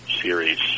series